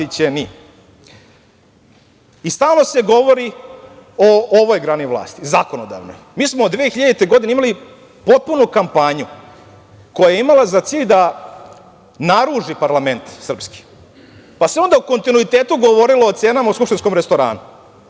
se govori o ovoj grani vlasti, zakonodavne. Mi smo od 2000. godine, imali potpunu kampanju, koja je imala za cilj da naruši srpski parlament. Pa, se onda u kontinuitetu govorilo o cenama skupštinskog restorana,